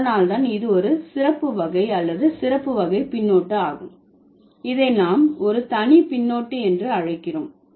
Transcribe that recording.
அதனால்தான் இது ஒரு சிறப்பு வகை அல்லது சிறப்பு வகை பின்னொட்டு ஆகும் இதை நாம் ஒரு தனி பின்னொட்டு என்று அழைக்கிறோம்